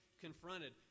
confronted